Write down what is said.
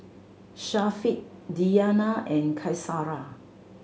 Syafiq Diyana and Qaisara